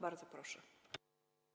Bardzo proszę.